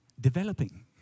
developing